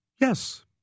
yes